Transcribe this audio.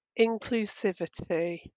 inclusivity